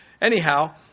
Anyhow